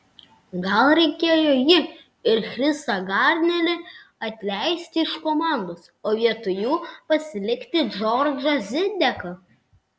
gal reikėjo jį ir chrisą garnerį atleisti iš komandos o vietoj jų pasilikti džordžą zideką